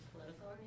political